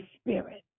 spirit